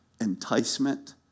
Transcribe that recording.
enticement